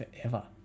forever